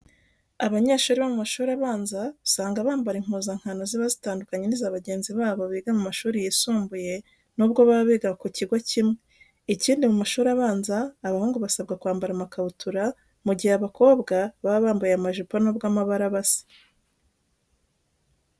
Abanyeshuri bo mu mashuri abanza usanga bambara impuzankano ziba zitandukanye n'iza bagenzi babo biga mu mashuri yisumbuye nubwo baba biga ku kigo kimwe. Ikindi mu mashuri abanza abahungu basabwa kwambara amakabutura mu gihe abakobwa baba bambaye amajipo nubwo amabara aba asa.